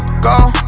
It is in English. don't